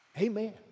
Amen